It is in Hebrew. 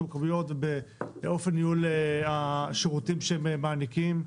המקומיות באופן ניהול השירותים שהם מעניקים.